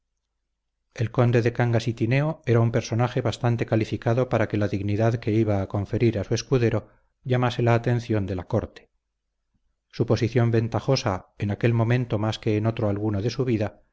el conde de cangas y tineo era un personaje bastante calificado para que la dignidad que iba a conferir a su escudero llamase la atención de la corte su posición ventajosa en aquel momento más que en otro alguno de su vida